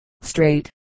straight